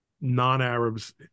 non-Arabs